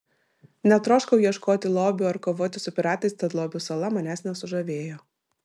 netroškau ieškoti lobių ar kovoti su piratais tad lobių sala manęs nesužavėjo